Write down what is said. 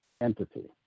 entity